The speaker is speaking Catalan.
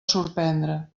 sorprendre